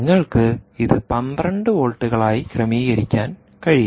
നിങ്ങൾക്ക് ഇത് 12 വോൾട്ടുകളായി ക്രമീകരിക്കാൻ കഴിയും